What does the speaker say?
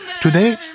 Today